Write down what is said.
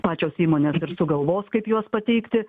pačios įmonės ir sugalvos kaip juos pateikti